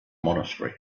monastery